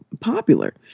popular